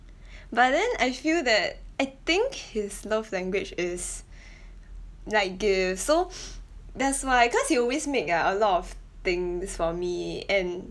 but then I feel that I think his love language is like gifts so that's why cause he always make ya a lot of things for me and